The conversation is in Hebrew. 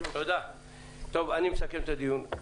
אני מסכם את הדיון.